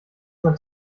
man